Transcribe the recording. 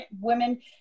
women